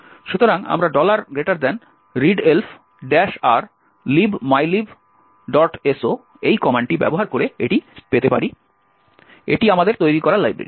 সুতরাং আমরা readelf r libmylibso এই কমান্ডটি ব্যবহার করে এটি পেতে পারি এটি আমাদের তৈরি করা লাইব্রেরি